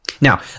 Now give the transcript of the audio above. Now